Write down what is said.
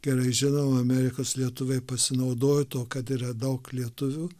gerai žinom amerikos lietuviai pasinaudojo tuo kad yra daug lietuvių